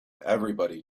everybody